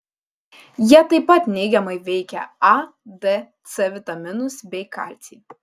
jie tai pat neigiamai veikia a d c vitaminus bei kalcį